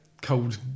cold